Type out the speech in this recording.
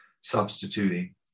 substituting